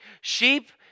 Sheep